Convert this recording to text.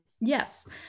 yes